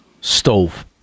stove